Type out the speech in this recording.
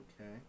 Okay